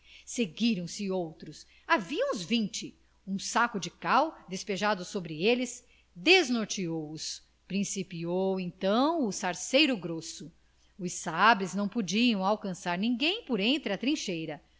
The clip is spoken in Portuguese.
seguiram-se outros havia uns vinte um saco de cal despejado sobre eles desnorteou os principiou então o salseiro grosso os sabres não podiam alcançar ninguém por entre a trincheira